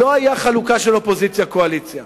לא היתה חלוקה של אופוזיציה קואליציה.